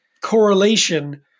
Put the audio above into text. correlation